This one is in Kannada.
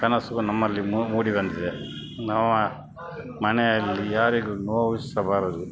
ಕನಸು ನಮ್ಮಲ್ಲಿ ಮೂಡಿ ಬಂದಿದೆ ನಾವು ಆ ಮನೆಯಲ್ಲಿ ಯಾರಿಗೂ ನೋಯಿಸಬಾರದು